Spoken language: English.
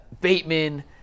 Bateman